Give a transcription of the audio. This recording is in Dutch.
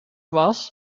was